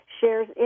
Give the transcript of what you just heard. shares